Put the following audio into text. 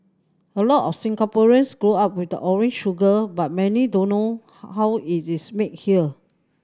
a lot of Singaporeans grow up with the orange sugar but many don't know how is this made here